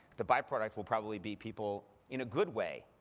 the byproduct will probably be people, in a good way,